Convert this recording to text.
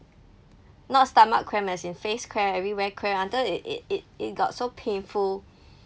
not stomach cramp as in face cramp everywhere cramp until it it it it got so painful